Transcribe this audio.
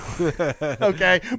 Okay